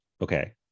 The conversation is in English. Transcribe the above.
Okay